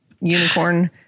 unicorn